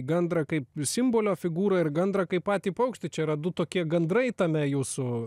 gandrą kaip simbolio figūrą ir gandrą kaip patį paukštį č ia yra du tokie gandrai tame jūsų